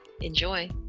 Enjoy